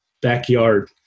backyard